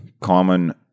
common